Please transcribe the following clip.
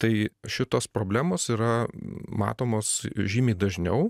tai šitos problemos yra matomos žymiai dažniau